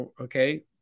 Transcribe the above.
Okay